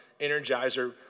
energizer